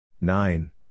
Nine